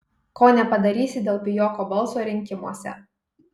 ko nepadarysi dėl pijoko balso rinkimuose